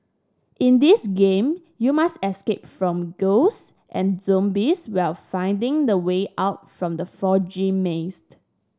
in this game you must escape from ghosts and zombies while finding the way out from the foggy maze